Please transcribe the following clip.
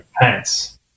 pants